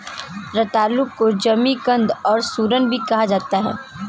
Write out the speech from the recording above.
रतालू को जमीकंद और सूरन भी कहा जाता है